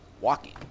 walking